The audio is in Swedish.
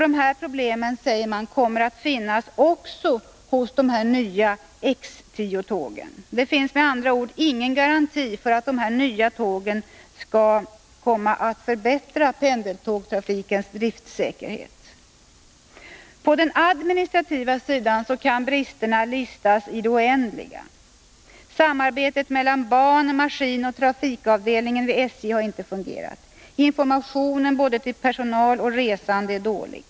Dessa problem, säger man, kommer också att finnas hos de nya X 10-tågen. Det finns med andra ord ingen garanti för att dessa nya tåg kommer att förbättra pendeltågstrafikens driftsäkerhet. På den administrativa sidan kan bristerna listas i det oändliga. Samarbetet mellan ban-, maskinoch trafikavdelningen vid SJ har inte fungerat. Information både till personal och till resande är dålig.